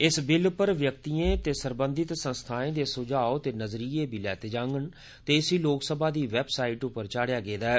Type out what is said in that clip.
इस बिल पर व्यक्तीयें ते सरबंधित संस्थाएं दे सुझाव ते नज़रीए बी लैते जागंन ते इसी लोकसभा दी वेबसाईट पर बी चाढ़ेया गेदा ऐ